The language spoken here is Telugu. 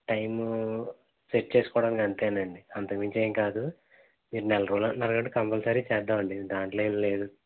టైము సెట్ చేసుకోడానికి అంతేనండి అంతకు మించి ఏం కాదు మీరు నెలరోజులు అంటున్నారు కాబట్టి కంపల్సరి చేద్దాం అండి దాంట్లో ఏం లేదు